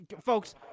Folks